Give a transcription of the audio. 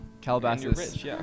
Calabasas